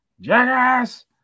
Jackass